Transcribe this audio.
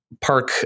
park